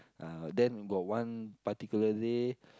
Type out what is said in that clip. uh then got one particular day